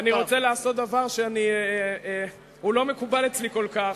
אני רוצה לעשות דבר שהוא לא מקובל אצלי כל כך.